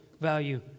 value